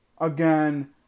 again